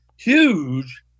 Huge